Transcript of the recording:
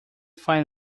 find